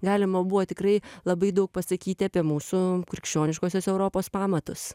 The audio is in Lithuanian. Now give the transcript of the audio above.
galima buvo tikrai labai daug pasakyti apie mūsų krikščioniškosios europos pamatus